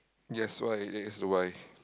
yes what is it why